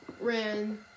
ran